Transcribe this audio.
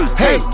hey